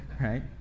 right